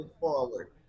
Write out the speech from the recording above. forward